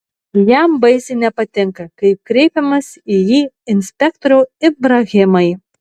jam baisiai nepatinka kai kreipiamės į jį inspektoriau ibrahimai